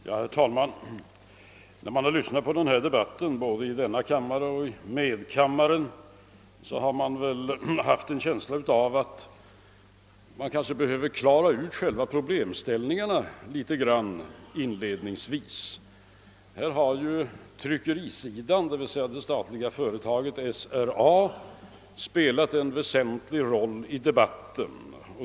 Herr talman! När jag har lyssnat till debatten, såväl i denna kammare som i medkammaren, har jag haft en känsla av att själva problemställningarna kanske behöver klaras ut inledningsvis. Tryckerisidan, d.v.s. det statliga företaget SRA, har spelat en väsentlig roll i debatten.